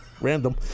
Random